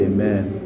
Amen